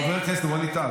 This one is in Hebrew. חבר הכנסת ווליד טאהא,